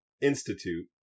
institute